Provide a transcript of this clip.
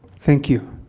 thank you.